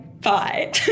bye